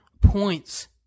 points